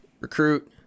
recruit